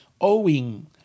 Owing